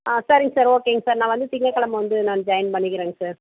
ஆ சரிங்க சார் ஓகேங்க சார் நான் வந்து திங்கக்கெழம வந்து நான் ஜாயின் பண்ணிக்கிறேங்க சார்